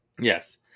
Yes